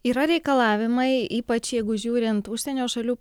yra reikalavimai ypač jeigu žiūrint užsienio šalių